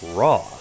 raw